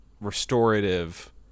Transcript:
restorative